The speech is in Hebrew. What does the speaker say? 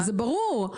זה ברור,